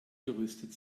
gerüstet